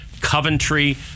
Coventry